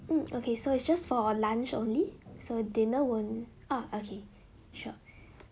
hmm okay so it's just for a lunch only so dinner won't ah okay sure